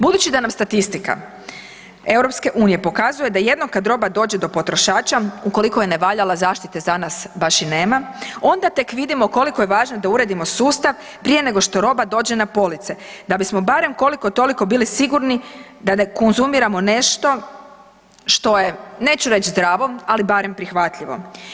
Budući da nam statistika EU-a pokazuje da jednom kad roba do potrošača, ukoliko je nevaljala, zaštite za nas baš i nema, onda tek vidimo koliko je važan da uredimo sustav prije nego što roba dođe na police da bismo barem koliko-toliko bili sigurni da ne konzumiramo nešto što je neću reći zdravo, ali barem prihvatljivo.